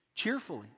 cheerfully